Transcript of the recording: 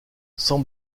sans